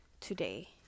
today